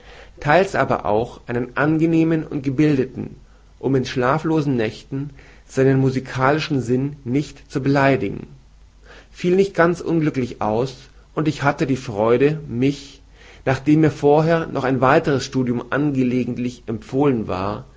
theils aber auch einen angenehmen und gebildeten um in schlaflosen nächten seinen musikalischen sinn nicht zu beleidigen fiel nicht ganz unglücklich aus und ich hatte die freude mich nachdem mir vorher noch weiteres studium angelegentlich empfohlen war